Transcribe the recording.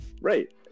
right